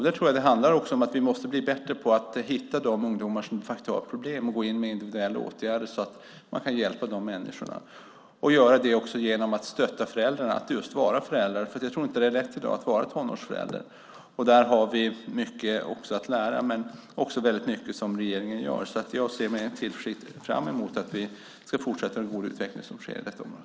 Där tror jag att det handlar om att vi måste bli bättre på att hitta de ungdomar som de facto har problem och gå in med individuella åtgärder för att hjälpa de människorna. Det handlar också om att stötta föräldrarna i att just vara föräldrar. Jag tror nämligen inte att det är lätt i dag att vara tonårsförälder. Där har vi mycket att lära, men regeringen gör också väldigt mycket. Därför ser jag med tillförsikt fram emot att vi ska fortsätta med den goda utveckling som sker på detta område.